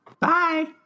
Bye